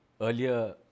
Earlier